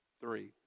Three